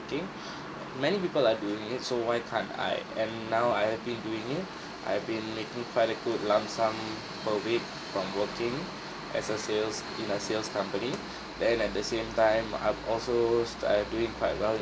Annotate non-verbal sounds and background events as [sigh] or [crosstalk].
working [breath] many people are doing it so why can't I and now I have been doing it I've been making quite a good lump sum per week from working as a sales in a sales company [breath] then at the same time I'm also st~ uh doing quite well in